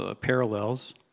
parallels